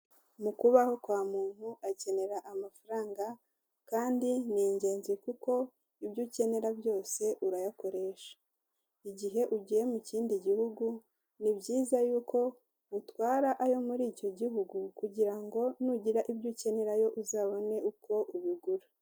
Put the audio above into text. Mu kubaho kwa muntu akenera amafaranga kandi ni ingenzi kuko ibyo ukenera byose urayakoresha igihe ugiye mu kindi gihugu ni byiza yuko utwara ayo muri icyo gihugu kugira ngo nugira ibyo ukenerayo uzabone uko ubigura.